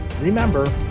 remember